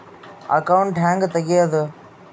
Account ಹ್ಯಾಂಗ ತೆಗ್ಯಾದು?